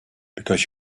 because